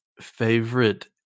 Favorite